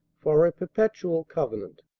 for a perpetual covenant.